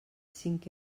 cinc